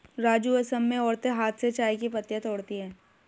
राजू असम में औरतें हाथ से चाय की पत्तियां तोड़ती है